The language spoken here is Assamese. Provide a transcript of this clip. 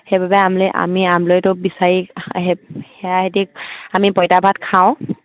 সেইবাবে আম আমি আমৰলি টোপ বিচাৰি সেয়া হতি আমি পঁইতা ভাত খাওঁ